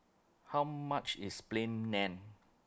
How much IS Plain Naan